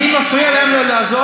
אני מפריע להם לעזור?